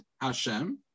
Hashem